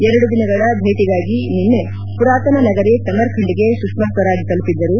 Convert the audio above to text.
ಎರದು ದಿನಗಳ ಭೇಟಿಗಾಗಿ ನಿನ್ನೆ ಪುರಾತನ ನಗರಿ ಸಮರ್ಖಂಡ್ಗೆ ಸುಷ್ಮಾ ಸ್ವರಾಜ್ ತಲುಪಿದ್ದರು